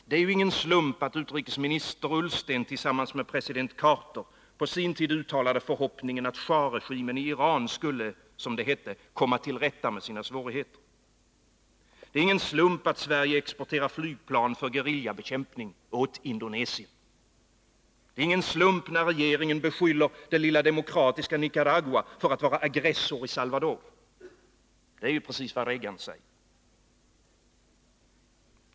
Det är ingen slump att utrikesminister Ullsten tillsammans med president Carter på sin tid uttalade förhoppningen att schahregimen i Iran skulle, som det hette, komma till rätta med svårigheterna. Det är ingen slump att Sverige exporterar flygplan för gerillabekämpningen åt Indonesien. Det är ingen slump när regeringen beskyller det lilla demokratiska Nicaragua för att vara aggressor i El Salvador. Det är ju precis vad president Reagan säger.